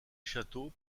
château